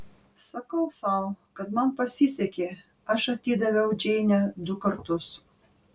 sakau sau kad man pasisekė aš atidaviau džeinę du kartus